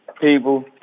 people